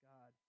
God